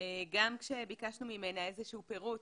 גם כשביקשנו ממנה פירוט,